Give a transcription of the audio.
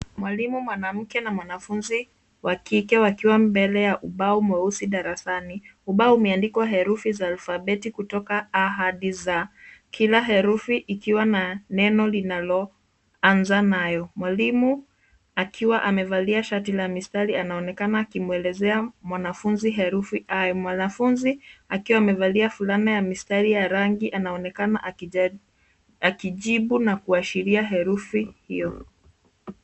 Mwalimu mwanamke na mwanafunzi wa kike wakiwa mbele ya ubao mweusi darasani. Ubao umeandikwa herufi za alfabeti kutoka A hadi Z kila herufi ikiwa na neno linaloanza nayo. Mwalimu akiwa amevalia shati la mistari anaonekana akimwelezea mwanafunzi herufi I. Mwanafunzi akiwa amevalia fulana ya mistari ya rangi anaonekana akija- akijibu na kuashiria herufi hio.